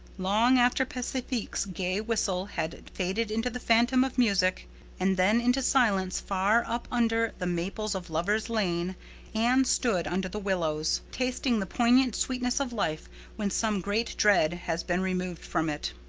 long after pacifique's gay whistle had faded into the phantom of music and then into silence far up under the maples of lover's lane anne stood under the willows, tasting the poignant sweetness of life when some great dread has been removed from it.